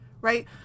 right